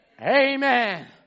Amen